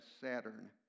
Saturn